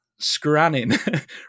scranning